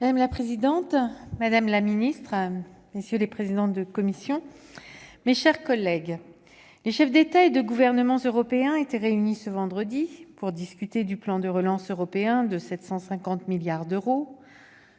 Madame la présidente, madame la secrétaire d'État, mes chers collègues, les chefs d'État et de gouvernement européens étaient réunis ce vendredi pour discuter du plan de relance européen de 750 milliards d'euros,